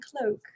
cloak